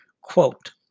Quote